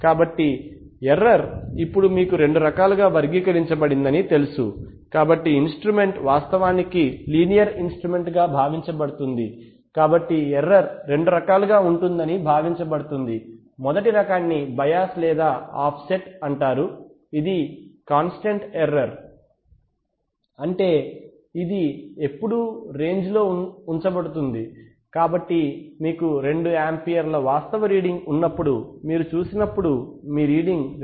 కాబట్టి ఎర్రర్ ఇప్పుడు మీకు రెండు రకాలుగా వర్గీకరించబడిందని తెలుసు కాబట్టి ఇన్స్ట్రుమెంట్ వాస్తవానికి లీనియర్ ఇన్స్ట్రుమెంట్ గా భావించబడుతుంది కాబట్టి ఎర్రర్ రెండు రకాలుగా ఉంటుందని భావించబడుతుంది మొదటి రకాన్ని బయాస్ లేదా ఆఫ్సెట్ అంటారు ఇది కాంస్టంట్ ఎర్రర్ అంటే ఇది ఎప్పుడూ రేంజ్ లో ఉండబోతోంది కాబట్టి మీకు 2 ఆంపియర్ల వాస్తవ రీడింగ్ ఉన్నప్పుడు మీరు చూసినప్పుడు మీ రీడింగ్ 2